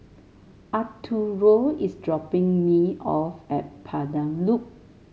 Arturo is dropping me off at Pandan Loop